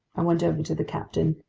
i went over to the captain.